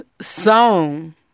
song